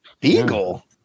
Beagle